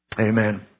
Amen